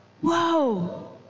Whoa